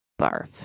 barf